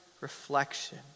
reflection